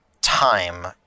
time